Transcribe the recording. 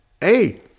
Hey